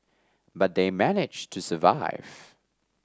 but they managed to survive